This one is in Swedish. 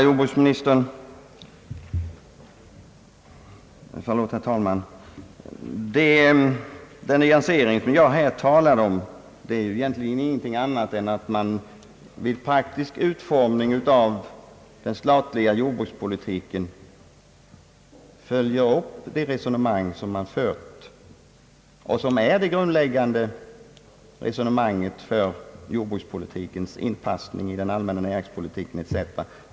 Herr talman! Den nyansering som jag talar om innebär egentligen ingenting annat än att man vid praktisk utformning av den statliga jordbrukspolitiken följer upp det grundläggande resonemanget för jordbrukspolitiken, dess inpassning i den allmänna näringspolitiken etc.